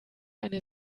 eine